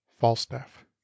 falstaff